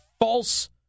false